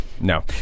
no